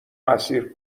اسیر